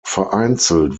vereinzelt